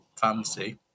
fancy